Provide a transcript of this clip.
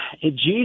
Jesus